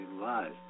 lies